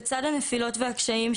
לצד הנפילות והקשיים,